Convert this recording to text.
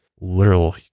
literal